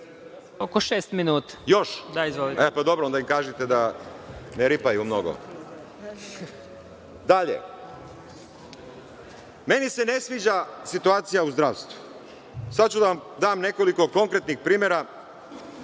Oko šest minuta. **Zoran Krasić** Dobro, onda im kažite da ne ripaju mnogo. Dalje, meni se ne sviđa situacija u zdravstvu. Sada ću da vam dam nekoliko konkretnih primera.